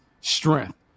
strength